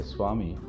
Swami